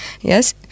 Yes